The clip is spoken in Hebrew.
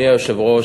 אדוני היושב-ראש,